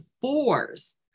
fours